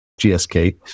GSK